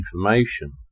information